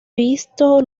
visto